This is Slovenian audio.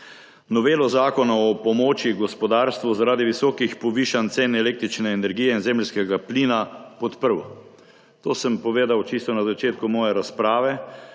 novelo Zakona o pomoči gospodarstvu zaradi visokih povišanj cen električne energije in zemeljskega plina podprl. To sem povedal čisto na začetku svoje razprave